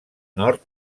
nord